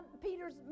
peter's